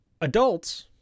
adults